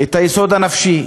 את היסוד הנפשי.